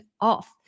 off